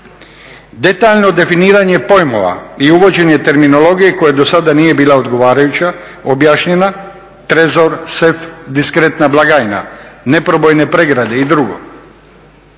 detaljno definiranje pojmova i uvođenje terminologije koja dosada nije bila odgovarajuće objašnjena trezor, sef, diskretna blagajna, neprobojne pregrade i drugo.